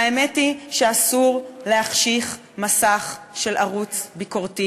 והאמת היא שאסור להחשיך מסך של ערוץ ביקורתי